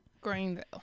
Greenville